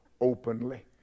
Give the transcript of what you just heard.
openly